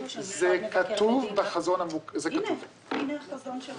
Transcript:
הנה החזון שלך.